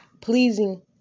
pleasing